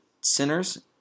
sinners